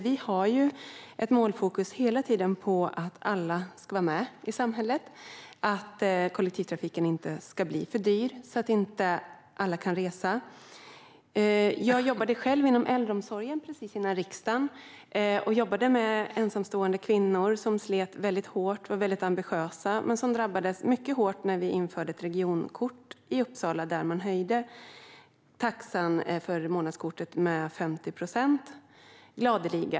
Vi har hela tiden ett målfokus på att alla ska vara med i samhället och att kollektivtrafiken inte ska bli för dyr så att alla kan resa. Innan jag kom till riksdagen jobbade jag inom äldreomsorgen. Jag jobbade med ensamstående kvinnor som slet hårt och var ambitiösa. De drabbades hårt när det infördes ett regionkort i Uppsala, för då höjde man gladeligen priset på månadskortet med 50 procent.